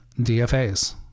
DFAs